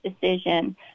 decision